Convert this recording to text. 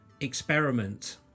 experiment